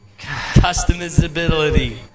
Customizability